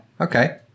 okay